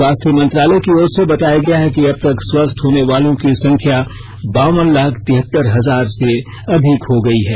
स्वास्थ्य मंत्रालय की ओर से बताया गया है कि अब तक स्वस्थ होने वालों की संख्या बावन लाख तिहतर हजार से अधिक हो गई है